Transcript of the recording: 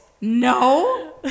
No